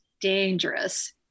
dangerous